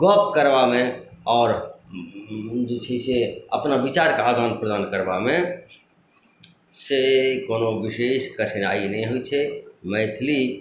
गप्प करबामे आओर जे छै से अपना विचारके आदान प्रदान करबामे से कोनो विशेष कठिनाइ नहि होइ छै मैथिली